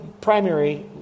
primary